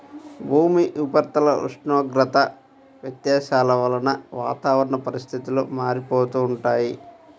భూమి ఉపరితల ఉష్ణోగ్రత వ్యత్యాసాల వలన వాతావరణ పరిస్థితులు మారిపోతుంటాయి